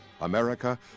America